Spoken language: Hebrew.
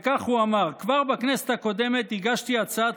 וכך הוא אמר: כבר בכנסת הקודמת הגשתי הצעת